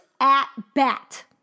at-bat